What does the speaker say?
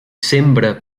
sembra